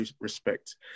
respect